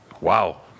Wow